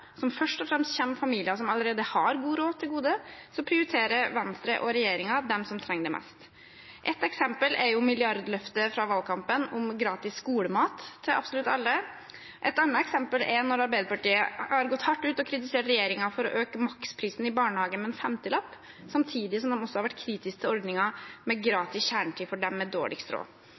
som først og fremst kommer familier som allerede har god råd, til gode, prioriterer Venstre og regjeringen dem som trenger det mest. Ett eksempel er milliardløftet fra valgkampen om gratis skolemat til absolutt alle. Et annet eksempel er når Arbeiderpartiet har gått hardt ut og kritisert regjeringen for å øke maksprisen i barnehage med en femtilapp, samtidig som de har vært kritiske til ordningen med gratis kjernetid for dem med dårligst råd